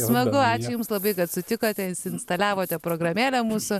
smagu ačiū jums labai kad sutikote įsiinstaliavote programėlę mūsų